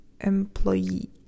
employee